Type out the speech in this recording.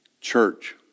Church